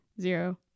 zero